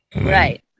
right